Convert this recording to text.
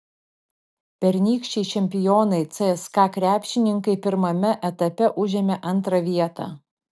pernykščiai čempionai cska krepšininkai pirmame etape užėmė antrą vietą